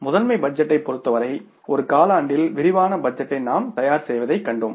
master பட்ஜெட்டைப் பொறுத்தவரை ஒரு காலாண்டில் விரிவான பட்ஜெட்டை நாம் தயார் செய்வதைக் கண்டோம்